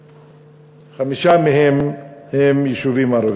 חמישה מהם הם יישובים ערביים.